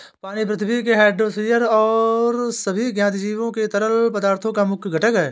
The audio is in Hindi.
पानी पृथ्वी के हाइड्रोस्फीयर और सभी ज्ञात जीवित जीवों के तरल पदार्थों का मुख्य घटक है